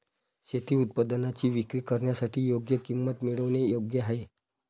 शेती उत्पादनांची विक्री करण्यासाठी योग्य किंमत मिळवणे योग्य आहे